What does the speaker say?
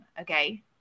okay